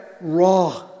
raw